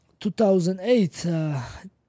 2008